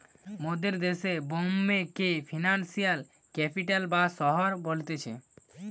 মোদের দেশে বোম্বে কে ফিনান্সিয়াল ক্যাপিটাল বা শহর বলতিছে